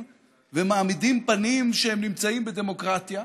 ומעמידים פנים שהם נמצאים בדמוקרטיה,